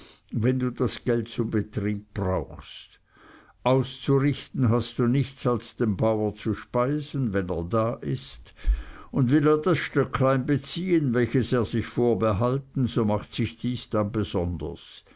wenn du das geld zum betrieb brauchst auszurichten hast du nichts als den bauer zu speisen wenn er da ist und will er das stöcklein beziehen welches er sich vorbehalten so macht sich dies dann besonders